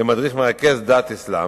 למדריך מרכז דת אסלאם,